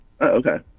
Okay